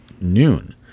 noon